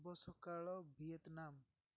ଶୁଭ ସକାଳ ଭିଏତନାମ୍